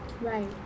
Right